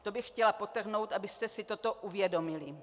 To bych chtěla podtrhnout, abyste si toto uvědomili.